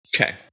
Okay